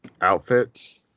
outfits